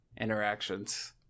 interactions